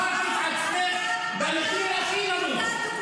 מכרת את עצמך במחיר הכי נמוך.